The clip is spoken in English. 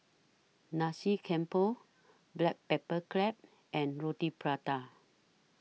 Nasi Campur Black Pepper Crab and Roti Prata